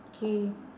K